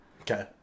Okay